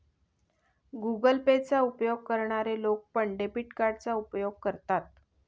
Google Pay चा उपयोग करणारे लोक पण, डेबिट कार्डचा उपयोग करतात